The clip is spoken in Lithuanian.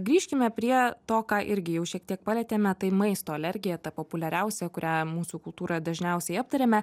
grįžkime prie to ką irgi jau šiek tiek palietėme tai maisto alergija tą populiariausia kurią mūsų kultūroje dažniausiai aptariame